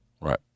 Right